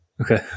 Okay